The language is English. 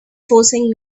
forcing